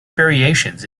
variations